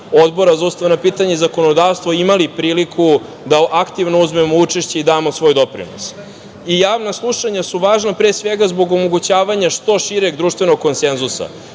Odbora za ustavna pitanja i zakonodavstvo imali priliku da aktivno uzmemo učešće i damo svoj doprinos. Javna slušanja su važna, pre svega, zbog omogućavanja što šireg društvenog konsenzusa.